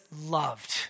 loved